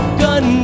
gun